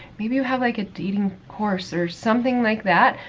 maybe you have like a dating course or something like that.